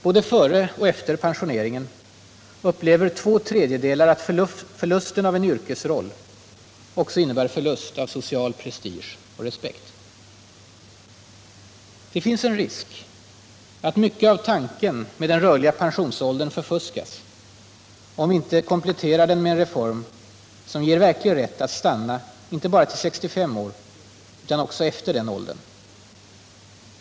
Både före och efter pensioneringen upplever två tredjedelar att förlusten av en yrkesroll också innebär förlust av social prestige och respekt. Det finns en risk att mycket av tanken med den rörliga pensionsåldern förfuskas om vi inte kompletterar den med en reform som ger verklig rätt att stanna inte bara till 65 år utan också efter den åldern.